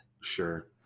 Sure